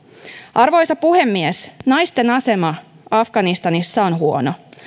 arvoisa puhemies naisten asema afganistanissa on huono